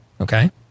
okay